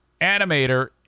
animator